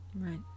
Right